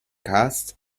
costs